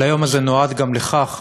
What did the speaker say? אבל היום הזה נועד גם לכך